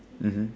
mmhmm